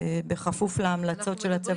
בכפוף להמלצות של הצוות